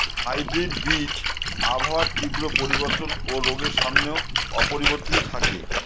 hybrid বীজ আবহাওয়ার তীব্র পরিবর্তন ও রোগের সামনেও অপরিবর্তিত থাকে